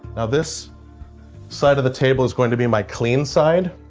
now this side of the table is going to be my clean side